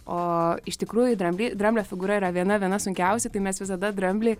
o iš tikrųjų drambly dramblio figūra yra viena viena sunkiausių tai mes visada dramblį